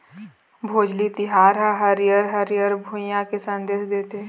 भोजली तिहार ह हरियर हरियर भुइंया के संदेस देथे